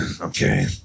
Okay